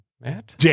Matt